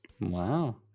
Wow